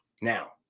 Now